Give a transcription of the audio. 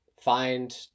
find